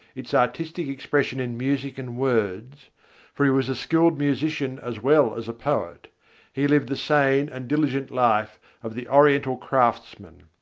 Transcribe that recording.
its artistic expression in music and words for he was a skilled musician as well as a poet he lived the sane and diligent life of the oriental craftsman.